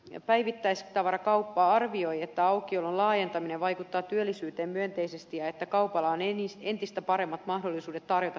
nimittäin päivittäistavarakauppa arvioi että aukiolojen laajentaminen vaikuttaa työllisyyteen myönteisesti ja että kaupalla on entistä paremmat mahdollisuudet tarjota säännöllistä ja kokoaikaista työtä